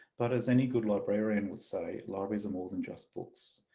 but as any good librarian would say libraries are more than just books.